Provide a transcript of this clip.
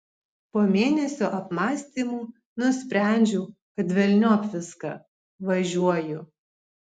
po mėnesio apmąstymų nusprendžiau kad velniop viską važiuoju